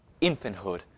infanthood